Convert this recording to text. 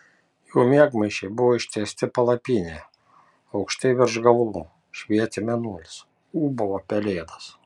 jų miegmaišiai buvo ištiesti palapinėje aukštai virš galvų švietė mėnulis ūbavo pelėdos